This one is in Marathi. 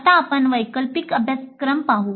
आता आपण वैकल्पिक अभ्यासक्रम पाहू